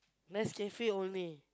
Nescafe only